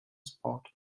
sport